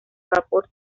vapor